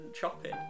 chopping